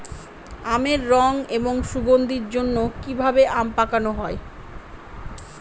আমের রং এবং সুগন্ধির জন্য কি ভাবে আম পাকানো হয়?